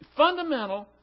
Fundamental